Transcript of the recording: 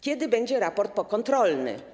Kiedy będzie raport pokontrolny?